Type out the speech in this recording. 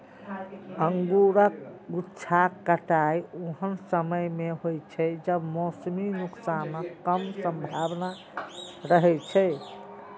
अंगूरक गुच्छाक कटाइ ओहन समय मे होइ छै, जब मौसमी नुकसानक कम संभावना रहै छै